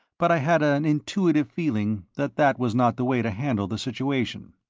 but i had an intuitive feeling that that was not the way to handle the situation.